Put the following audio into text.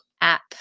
app